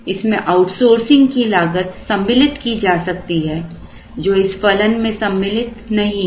इस में आउटसोर्सिंग की लागत सम्मिलित की जा सकती है जो इस फलन में सम्मिलित नहीं है